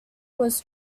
was